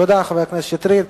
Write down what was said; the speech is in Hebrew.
תודה, חבר הכנסת שטרית.